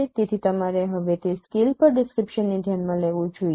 તેથી તમારે હવે તે સ્કેલ પર ડિસ્ક્રિપ્શનને ધ્યાનમાં લેવું જોઈએ